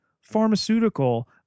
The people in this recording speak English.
pharmaceutical